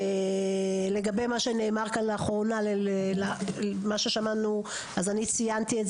לגבי מה שנאמר כאן לאחרונה - אז אני ציינתי את